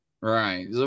Right